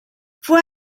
fue